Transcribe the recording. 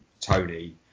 tony